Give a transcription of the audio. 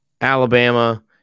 Alabama